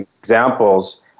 examples